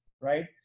right